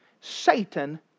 Satan